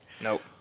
Nope